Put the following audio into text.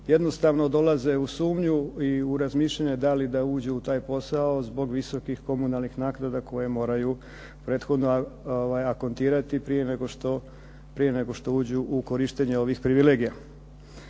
jednostavno dolaze u sumnju i u razmišljanja da li da uđu u taj posao zbog visokih komunalnih naknada koje moraju prethodno akontirati prije nego što uđu u korištenje ovih privilegija.